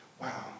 Wow